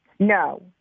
No